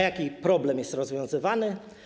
Jaki problem jest rozwiązywany?